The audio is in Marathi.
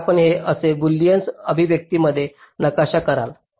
तर आपण ते कसे बुलियन अभिव्यक्तीमध्ये नकाशा कराल